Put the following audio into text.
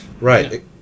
Right